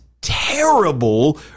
terrible